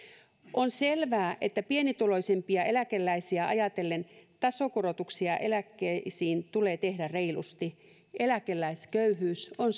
on selvää että pienituloisimpia eläkeläisiä ajatellen tasokorotuksia eläkkeisiin tulee tehdä reilusti eläkeläisköyhyys on